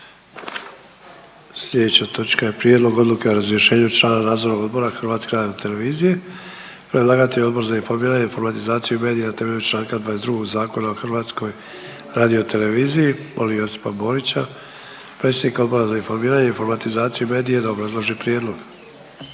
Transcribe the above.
Sljedeća točka je: - Prijedlog odluke o razrješenju člana Nadzornog odbora Hrvatske radiotelevizije Predlagatelj je Odbor za informiranje, informatizaciju i medije na temelju čl. 22. Zakona o HRT-u. Molim Josipa Borića predsjednika Odbora za informiranje, informatizaciju i medije da obrazloži prijedlog.